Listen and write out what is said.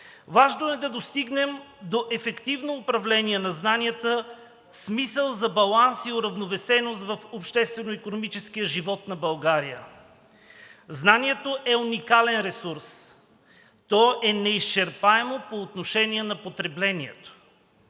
Важно е да достигнем до ефективно управление на знанията с мисъл за баланс и уравновесеност в обществено-икономическия живот на България. Знанието е уникален ресурс, то е неизчерпаемо по отношение на потреблението.